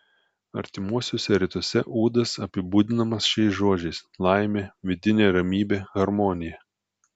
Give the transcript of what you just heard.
artimuosiuose rytuose ūdas apibūdinamas šiais žodžiais laimė vidinė ramybė harmonija